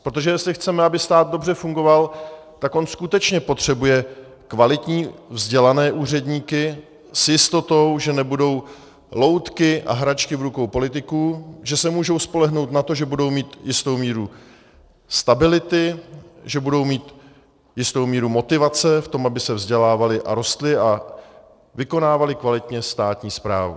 Protože jestli chceme, aby stát dobře fungoval, tak on skutečně potřebuje kvalitní vzdělané úředníky s jistotou, že nebudou loutky a hračky v rukou politiků, že se můžou spolehnout na to, že budou mít jistou míru stability, že budou mít jistou míru motivace k tomu, aby se vzdělávali a rostli a vykonávali kvalitně státní správu.